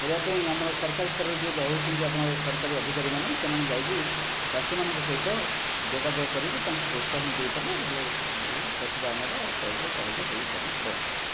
କରିବା ପାଇଁ ଆମର ସରକାରୀ ସ୍ତରରେ ଯେଉଁ ରହୁଛନ୍ତି ଆପଣଙ୍କର ସରକାରୀ ଅଧିକାରୀମାନେ ସେମାନେ ଯାଇକି ଚାଷୀମାନଙ୍କ ସହିତ ଯୋଗାଯୋଗ କରିକି ତାଙ୍କୁ ପ୍ରୋତ୍ସାହନ ଦେଇପାରିଲେ ଭଲ ପଶୁ ପାଳନଟା ସହଜ ସହଜେ ହୋଇପାରିବ